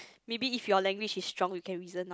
maybe if your language is strong he can reason out